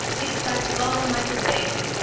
he'd start bawling like a baby,